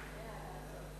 לוועדת החינוך,